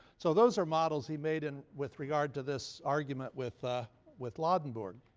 so those are models he made and with regard to this argument with ah with ladenburg.